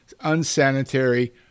unsanitary